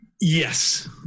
yes